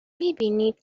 میبینید